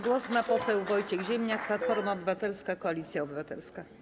Głos ma poseł Wojciech Ziemniak, Platforma Obywatelska - Koalicja Obywatelska.